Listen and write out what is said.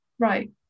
right